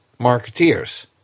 marketeers